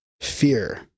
fear